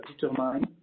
determine